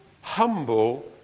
Humble